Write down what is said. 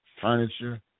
furniture